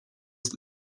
that